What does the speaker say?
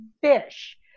fish